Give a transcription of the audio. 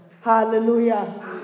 Hallelujah